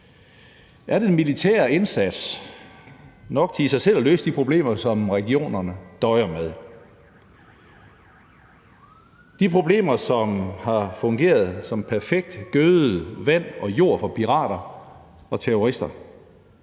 Er den militære indsats nok til i sig selv at løse de problemer, som regionerne døjer med, de problemer, som har fungeret som perfekt gødevand til jorden for pirater og terrorister?